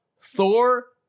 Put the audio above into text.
Thor